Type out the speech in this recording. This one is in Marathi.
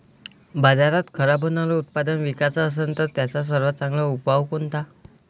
बाजारात खराब होनारं उत्पादन विकाच असन तर त्याचा सर्वात चांगला उपाव कोनता?